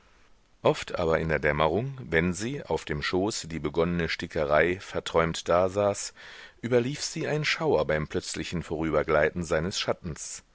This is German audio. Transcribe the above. oft aber in der dämmerung wenn sie auf dem schoße die begonnene stickerei verträumt dasaß überlief sie ein schauer beim plötzlichen vorübergleiten seines schattens